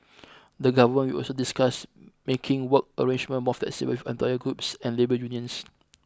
the Government will also discuss making work arrangement more flexible with employer groups and labour unions